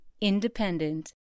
Independent